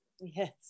Yes